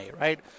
right